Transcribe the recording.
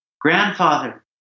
grandfather